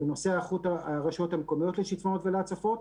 בנושא היערכות הרשויות המקומיות לשיטפונות ולהצפות.